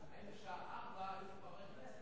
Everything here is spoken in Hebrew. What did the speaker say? האם בשעה 16:00 היו פה חברי כנסת?